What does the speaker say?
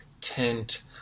tent